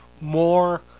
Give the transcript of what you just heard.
more